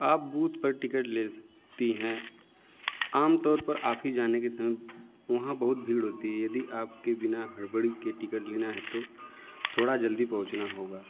आप बूथ पर टिकट ले सकती हैं आम तौर पर ऑफिस जाने के समय वहाँ बहुत भीड़ होती है यदि आपको बिना हड़बड़ी के टिकट लेनी है तो थोड़ा जल्दी पहुँचना होगा